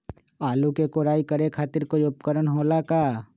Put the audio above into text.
आलू के कोराई करे खातिर कोई उपकरण हो खेला का?